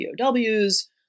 POWs